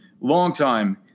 Longtime